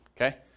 Okay